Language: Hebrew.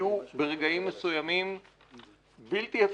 היו ברגעים מסוימים בלתי אפשריים.